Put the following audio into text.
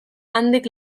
handik